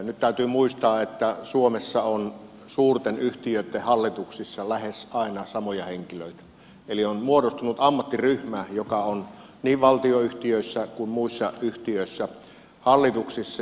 nyt täytyy muistaa että suomessa on suurten yhtiöitten hallituksissa lähes aina samoja henkilöitä eli on muodostunut ammattiryhmä joka on niin valtionyhtiöissä kuin muissa yhtiöissä hallituksissa